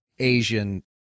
Asian